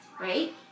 right